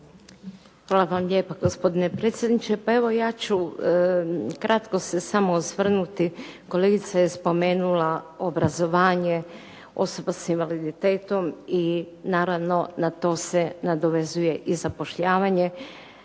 Hvala vam lijepo gospodine predsjedniče. Pa evo, ja ću kratko se samo osvrnuti, kolegica je spomenula obrazovanje osoba s invaliditetom i naravno na to se nadovezuje i zapošljavanje,